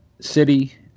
City